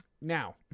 Now